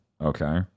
Okay